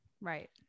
right